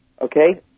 Okay